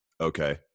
okay